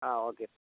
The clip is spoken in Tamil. ah okay sir